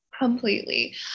Completely